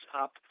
up